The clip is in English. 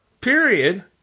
Period